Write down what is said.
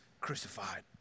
crucified